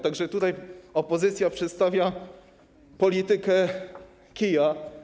Tak że tutaj opozycja przedstawia politykę kija.